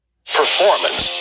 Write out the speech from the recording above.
Performance